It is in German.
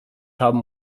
haben